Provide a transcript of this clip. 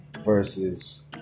Versus